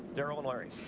darrell and larry.